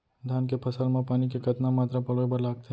धान के फसल म पानी के कतना मात्रा पलोय बर लागथे?